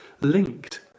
linked